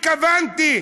התכוונתי,